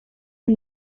you